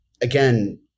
again